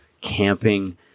camping